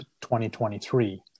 2023